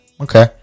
okay